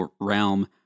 realm